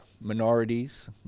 minorities